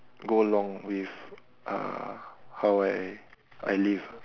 go along with uh how I I live ah